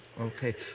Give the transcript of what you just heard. Okay